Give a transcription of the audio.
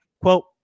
Quote